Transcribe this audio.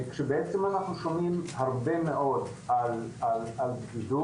שבעצם, אנחנו שומעים הרבה מאוד על בדידות,